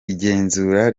igenzura